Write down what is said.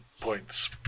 points